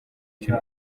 cy’u